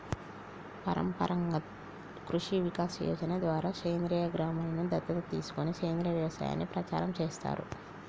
పరంపరాగత్ కృషి వికాస్ యోజన ద్వారా సేంద్రీయ గ్రామలను దత్తత తీసుకొని సేంద్రీయ వ్యవసాయాన్ని ప్రచారం చేస్తారు